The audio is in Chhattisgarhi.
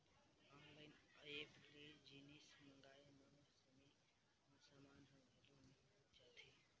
ऑनलाइन ऐप ले जिनिस मंगाए म समे म समान ह घलो मिल जाथे